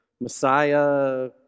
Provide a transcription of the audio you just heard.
Messiah